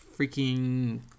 freaking